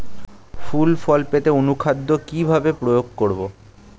ফুল ফল পেতে অনুখাদ্য কিভাবে প্রয়োগ করব?